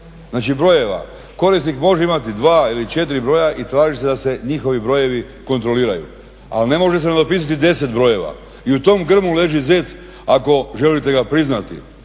znači brojeva, korisnik može imati dva ili četiri broja i tražiti da se njihovi brojevi kontroliraju, ali ne može se nadopisati 10 brojeva, i u tom grmu leži zec, ako želite ga priznati,